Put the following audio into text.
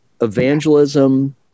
evangelism